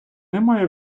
немає